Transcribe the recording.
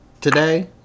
today